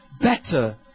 better